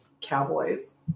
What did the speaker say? cowboys